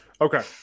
Okay